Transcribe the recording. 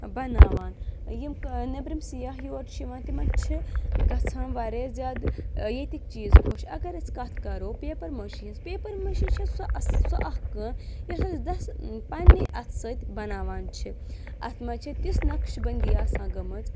بَناوان یِم نیٚبرِم سیاح یور چھِ یِوان تِمَن چھِ گژھان واریاہ زیادٕ ییٚتِکۍ چیٖز خۄش اَگر أسۍ کَتھ کَرو پیپَر مٲشی ہٕنٛز پیپَر مٲشی چھےٚ سۄ اَس سۄ اَکھ کٲ یۄس اَسہِ دَس پنٛنہِ اَتھٕ سۭتۍ بَناوان چھِ اَتھ منٛز چھِ تِژھ نقٕش بٔندی آسان گٔمٕژ